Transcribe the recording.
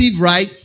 right